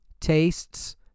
tastes